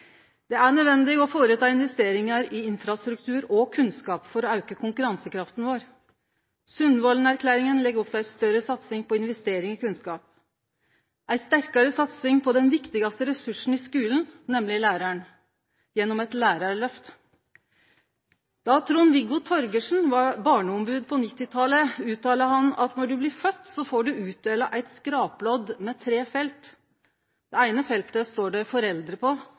fylkesvegane. Det er nødvendig å foreta investeringar i infrastruktur og få kunnskap for å auke konkurransekrafta vår. Sundvolden-erklæringa legg opp til ei større satsing på investering i kunnskap og ei sterkare satsing på den viktigaste ressursen i skulen, nemlig læraren, gjennom eit lærarlyft. Då Trond-Viggo Torgersen var barneombod på 1990-talet, uttalte han at når du blir født, får du utdelt eit skrapelodd med tre felt. På det eine feltet står det «foreldre» – det er det viktigaste. På